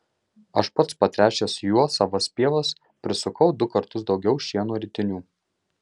aš pats patręšęs juo savas pievas prisukau du kartus daugiau šieno ritinių